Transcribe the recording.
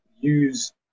use